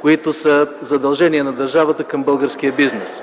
които са задължение на държавата към българския бизнес.